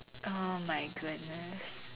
oh my goodness